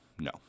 no